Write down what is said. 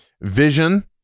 Vision